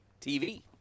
TV